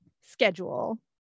schedule